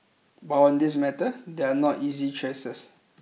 but on this matter there are not easy choices